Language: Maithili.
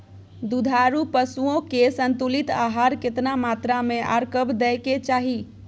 दुधारू पशुओं के संतुलित आहार केतना मात्रा में आर कब दैय के चाही?